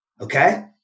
okay